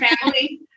family